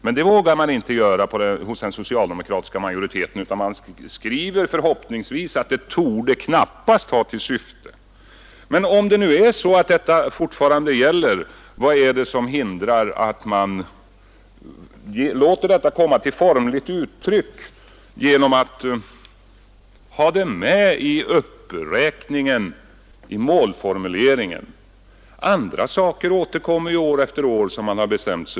Men det vågade inte den socialdemokratiska majoriteten göra, utan man skriver förhoppningsvis att det ”torde knappast ha till syfte ———"”. Men om det nu är så att detta fortfarande gäller, vad är det som hindrar att man låter detta komma till formligt uttryck genom att ha med det i uppräkningen i målformuleringen? Andra saker som man har bestämt sig för återkommer ju år efter år.